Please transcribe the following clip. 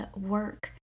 work